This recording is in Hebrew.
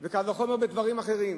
וקל וחומר דברים אחרים.